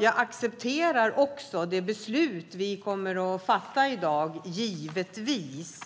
Jag accepterar givetvis också det beslut vi kommer att fatta,